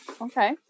okay